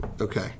okay